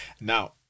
Now